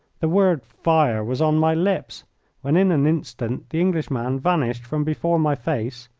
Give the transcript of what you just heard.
the word fire! was on my lips when in an instant the english man vanished from before my face,